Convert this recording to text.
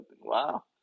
wow